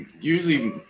usually